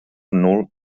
nul